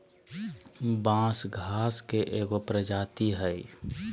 बांस घास के एगो प्रजाती हइ